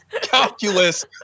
calculus